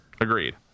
agreed